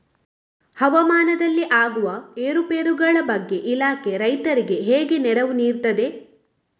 ಹವಾಮಾನದಲ್ಲಿ ಆಗುವ ಏರುಪೇರುಗಳ ಬಗ್ಗೆ ಇಲಾಖೆ ರೈತರಿಗೆ ಹೇಗೆ ನೆರವು ನೀಡ್ತದೆ?